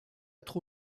être